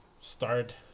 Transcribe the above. start